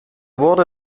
wurde